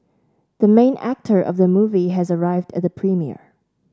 the main actor of the movie has arrived at the premiere